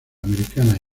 americana